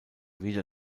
wieder